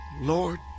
Lord